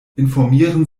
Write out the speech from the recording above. informieren